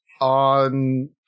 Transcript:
on